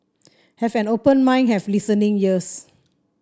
have an open mind have listening ears